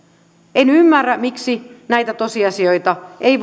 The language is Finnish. en ymmärrä miksi näitä tosiasioita ei